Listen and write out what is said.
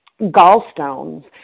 gallstones